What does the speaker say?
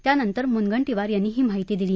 त्यानंतर मुनगंटीवार यांनी ही माहिती दिली